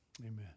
amen